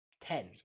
Ten